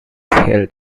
held